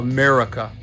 America